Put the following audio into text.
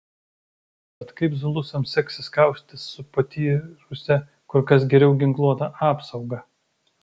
bet kaip zulusams seksis kautis su patyrusia kur kas geriau ginkluota apsauga